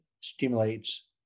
stimulates